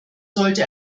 sollte